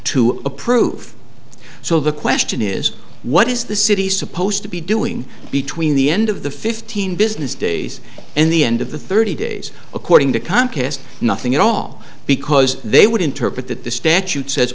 to approve so the question is what is the city supposed to be doing between the end of the fifteen business days and the end of the thirty days according to contest nothing at all because they would interpret that the statute says